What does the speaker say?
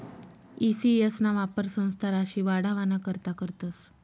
E C S ना वापर संस्था राशी वाढावाना करता करतस